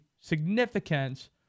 significance